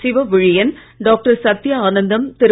Shiva Vizhiyan doctor Sathya Anandam Thiru